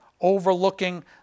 overlooking